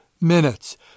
minutes